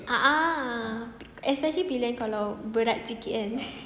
a'ah especially pillion kalau berat sikit kan